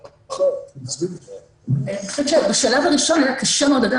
אני חושבת שבשלב הראשון היה קשה מאוד לדעת,